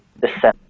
December